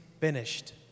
finished